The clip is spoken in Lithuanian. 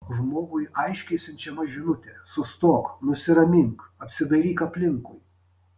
žmogui aiškiai siunčiama žinutė sustok nusiramink apsidairyk aplinkui